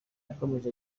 yakomeje